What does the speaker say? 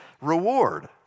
reward